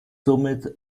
somit